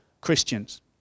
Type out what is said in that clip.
Christians